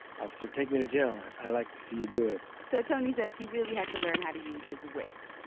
officer, take me to jail. i'd like to see you do it so tony says he really had to learn how to use his wits.